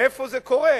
מאיפה זה קורה?